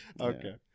Okay